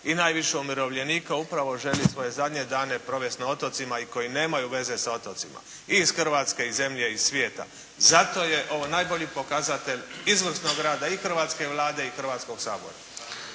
I najviše umirovljenika upravo želi svoje zadnje dane provesti na otocima i koji nemaju veze sa otocima. I iz Hrvatske i iz zemlje i svijeta. Zato je ovo najbolji pokazatelj izvrsnog rada i hrvatske Vlade i Hrvatskog sabora.